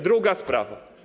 Druga sprawa.